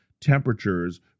temperatures